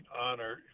honor